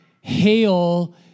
hail